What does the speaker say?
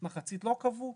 מחצית לא קבעו,